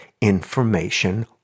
information